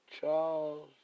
Charles